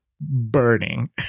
Burning